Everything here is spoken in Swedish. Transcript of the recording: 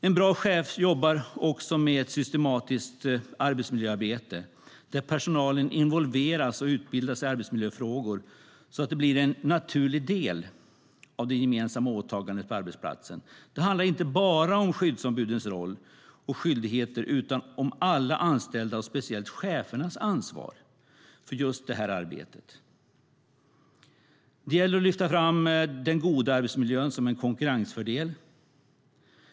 En bra chef jobbar också med ett systematiskt arbetsmiljöarbete, där personalen involveras och utbildas i arbetsmiljöfrågor så att det blir en naturlig del av det gemensamma åtagandet på arbetsplatsen. Det handlar inte bara om skyddsombudens roll och skyldigheter utan om alla anställdas och speciellt chefernas ansvar för just det här arbetet. Det gäller att lyfta fram den goda arbetsmiljön som en konkurrensfördel.